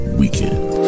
weekend